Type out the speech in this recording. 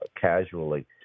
casually